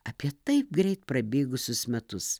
apie taip greit prabėgusius metus